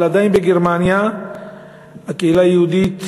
אבל עדיין בגרמניה הקהילה היהודית